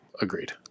Agreed